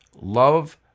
love